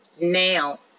now